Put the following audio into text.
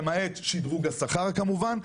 למעט שדרוג השכר כמובן.